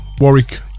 Warwick